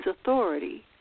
authority